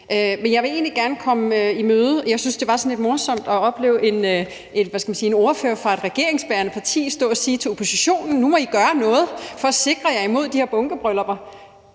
Men der er noget, jeg godt vil komme i møde. Jeg synes, det var sådan lidt morsomt at opleve en ordfører fra et regeringsbærende parti stå og sige til oppositionen: Nu må I gøre noget for at sikre jer imod de her bunkebryllupper.